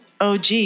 OG